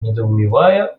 недоумевая